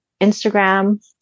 Instagram